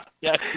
Yes